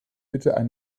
bitte